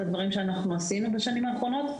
הדברים שאנחנו עשינו בשנים האחרונות,